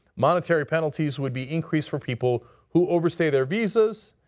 monetary penalties will be increased for people who overstay their visas.